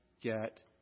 get